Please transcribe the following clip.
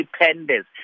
independence